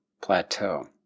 plateau